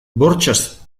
bortxaz